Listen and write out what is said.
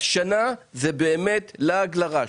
שנה זה באמת לעג לרש,